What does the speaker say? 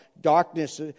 darkness